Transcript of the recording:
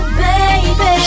baby